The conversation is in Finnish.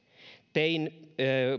tein